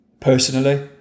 Personally